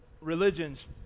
religions